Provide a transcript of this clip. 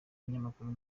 binyamakuru